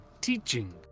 teaching